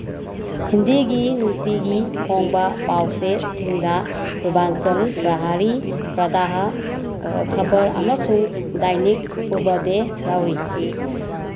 ꯍꯤꯟꯗꯤꯒꯤ ꯅꯨꯡꯇꯤꯒꯤ ꯐꯣꯡꯕ ꯄꯥꯎꯆꯦꯁꯤꯡꯗ ꯄꯨꯕꯥꯟꯆꯜ ꯄ꯭ꯔꯍꯥꯔꯤ ꯄ꯭ꯔꯥꯇꯥꯍ ꯈꯕꯔ ꯑꯃꯁꯨꯡ ꯗꯥꯏꯅꯤꯛ ꯄꯨꯔꯕꯗꯦ ꯌꯥꯎꯔꯤ